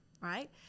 right